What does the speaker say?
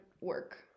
work